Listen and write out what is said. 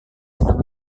sedang